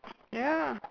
ya